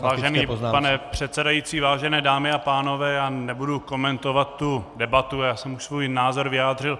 Vážený pane předsedající, vážené dámy a pánové, nebudu komentovat debatu, já jsem svůj názor vyjádřil.